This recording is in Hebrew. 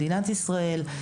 מדינת ישראל,